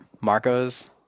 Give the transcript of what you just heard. Marco's